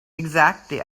exactly